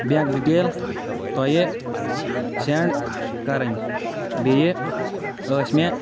bank detail تۄہہِ send کَرٕنۍ بیٚیہِ ٲسۍ مےٚ